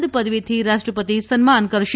lit પદવીથી રાષ્ટ્રપતિ સન્માન કરશે